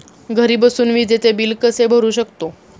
घरी बसून विजेचे बिल कसे भरू शकतो?